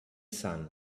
sun